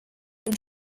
und